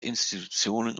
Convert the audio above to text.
institutionen